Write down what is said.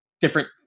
different